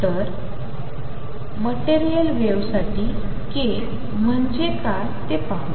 तर मटेरियल वेव्हसाठी k म्हणजे काय ते पाहू